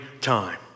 time